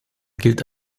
gilt